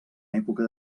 època